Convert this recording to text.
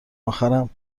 اخرم